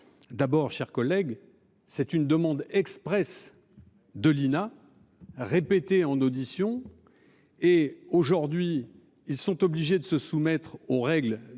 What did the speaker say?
D'abord, chers collègues. C'est une demande expresse de l'INA. Répéter en audition. Et aujourd'hui, ils sont obligés de se soumettre aux règles